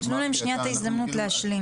תנו להם שניה את ההזדמנות להשלים.